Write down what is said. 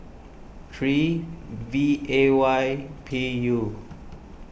three V A Y P U